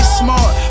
smart